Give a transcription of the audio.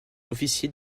officier